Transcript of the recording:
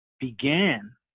began